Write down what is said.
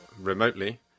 remotely